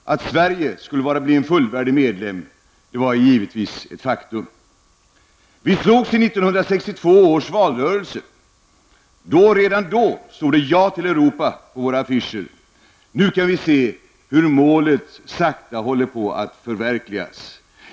Att Sverige skulle bli fullvärdig medlem var givetvis ett faktum. I 1962 år valrörelse slogs vi. Redan då stod det ju på våra afficher: Ja till Europa. Nu kan vi se hur det målet sakta håller på att förverkligas.